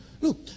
look